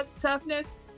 toughness